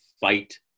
fight